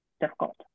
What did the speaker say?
difficult